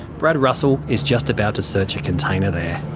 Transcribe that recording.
brad russell is just about to search a container there.